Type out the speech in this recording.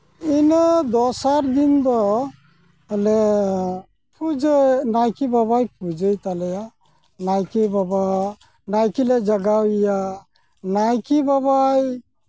ᱤᱱᱟᱹ ᱫᱚᱥᱟᱨ ᱫᱤᱱ ᱫᱚ ᱞᱮ ᱯᱩᱡᱟᱹ ᱱᱟᱭᱠᱮ ᱵᱟᱵᱟᱭ ᱯᱩᱡᱟᱹᱭ ᱛᱟᱞᱮᱭᱟ ᱱᱟᱭᱠᱮ ᱵᱟᱵᱟᱣᱟᱜ ᱱᱟᱭᱠᱮ ᱞᱮ ᱡᱟᱜᱟᱣᱮᱭᱟ ᱱᱟᱭᱠᱮ ᱵᱟᱵᱟᱭ